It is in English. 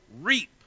reap